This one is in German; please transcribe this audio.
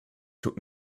tut